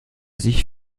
sich